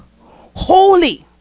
holy